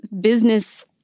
business